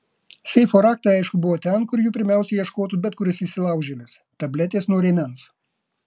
seifo raktai aišku buvo ten kur jų pirmiausia ieškotų bet kuris įsilaužėlis tabletės nuo rėmens